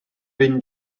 wyn